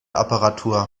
apparatur